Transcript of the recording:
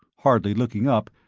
hardly looking up,